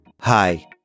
Hi